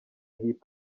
hip